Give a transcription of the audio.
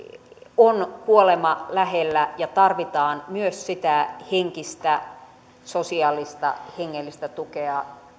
on kuolema lähellä ja tarvitaan myös sitä henkistä sosiaalista hengellistä tukea